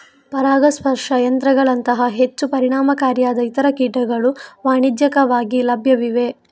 ಪರಾಗಸ್ಪರ್ಶ ಯಂತ್ರಗಳಂತಹ ಹೆಚ್ಚು ಪರಿಣಾಮಕಾರಿಯಾದ ಇತರ ಕೀಟಗಳು ವಾಣಿಜ್ಯಿಕವಾಗಿ ಲಭ್ಯವಿವೆ